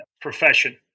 profession